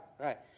right